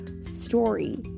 story